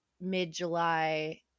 mid-July